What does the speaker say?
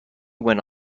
went